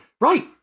right